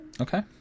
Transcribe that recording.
Okay